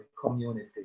community